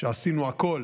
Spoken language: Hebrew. שעשינו הכול